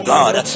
God